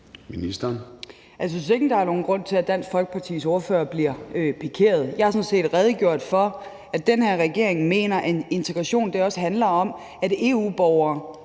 Løhde): Jeg synes ikke, der er nogen grund til, at Dansk Folkepartis ordfører bliver pikeret. Jeg har sådan set redegjort for, at den her regering mener, at integration også handler om, at en EU-borger,